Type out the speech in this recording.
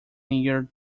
near